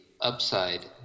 upside